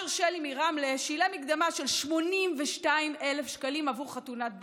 אשר שלי מרמלה שילם מקדמה של 82,000 שקלים עבור חתונת בנו.